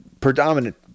predominant